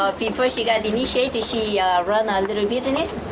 ah before she got initiated she ran a little business,